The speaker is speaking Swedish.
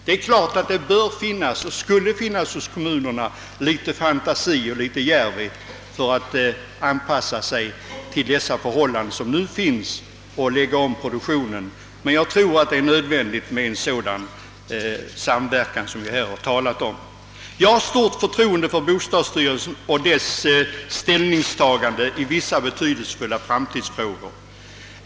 Det är klart att det i kommunerna borde finnas litet fantasi och djärvhet vid anpassningen till de nuvarande förhållandena och omläggningen av produktionen därefter, men jag tror att det även är nödvändigt med en statlig samverkan. Jag har stort förtroende för bostadsstyrelsen och dess ställningstaganden i betydelsefulla framtidsfrågor.